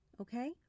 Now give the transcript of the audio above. okay